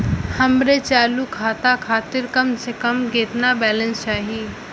हमरे चालू खाता खातिर कम से कम केतना बैलैंस चाही?